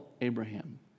Abraham